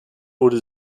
wurde